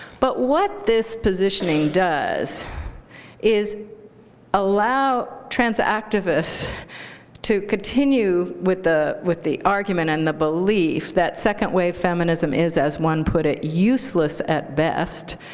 but what this positioning does is allow trans activists to continue with the with the argument and the belief that second wave feminism is, as one put it, useless at best,